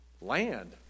land